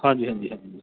ਹਾਂਜੀ ਹਾਂਜੀ ਹਾਂਜੀ